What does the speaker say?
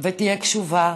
ותהיה קשובה